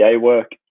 work